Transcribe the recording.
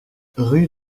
rue